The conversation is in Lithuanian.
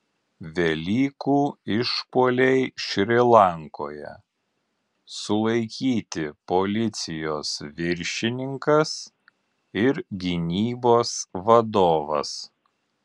velykų išpuoliai šri lankoje sulaikyti policijos viršininkas ir gynybos vadovas